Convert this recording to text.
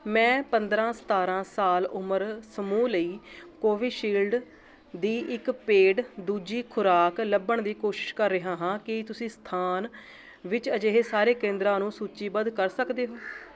ਮੈਂ ਪੰਦਰ੍ਹਾਂ ਸਤਾਰ੍ਹਾਂ ਸਾਲ ਉਮਰ ਸਮੂਹ ਲਈ ਕੋਵਿਸ਼ੀਲਡ ਦੀ ਇੱਕ ਪੇਡ ਦੂਜੀ ਖੁਰਾਕ ਲੱਭਣ ਦੀ ਕੋਸ਼ਿਸ਼ ਕਰ ਰਿਹਾ ਹਾਂ ਕੀ ਤੁਸੀਂ ਸਥਾਨ ਵਿੱਚ ਅਜਿਹੇ ਸਾਰੇ ਕੇਂਦਰਾਂ ਨੂੰ ਸੂਚੀਬੱਧ ਕਰ ਸਕਦੇ ਹੋ